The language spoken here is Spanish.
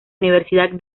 universidad